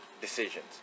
decisions